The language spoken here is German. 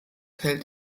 hält